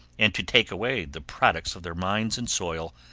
and to take away the products of their mines and soil,